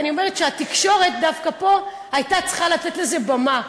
אני אומרת שהתקשורת דווקא פה הייתה צריכה לתת לזה במה,